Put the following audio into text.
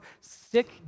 sick